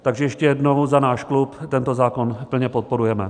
Takže ještě jednou, za náš klub tento zákon plně podporujeme.